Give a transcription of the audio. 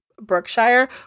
Brookshire